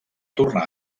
tornar